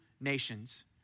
nations